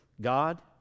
God